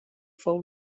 fou